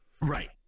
Right